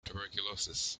tuberculosis